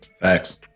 Facts